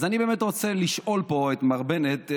אז אני באמת רוצה לשאול פה את מר בנט: